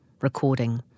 recording